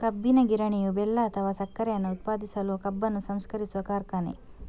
ಕಬ್ಬಿನ ಗಿರಣಿಯು ಬೆಲ್ಲ ಅಥವಾ ಸಕ್ಕರೆಯನ್ನ ಉತ್ಪಾದಿಸಲು ಕಬ್ಬನ್ನು ಸಂಸ್ಕರಿಸುವ ಕಾರ್ಖಾನೆ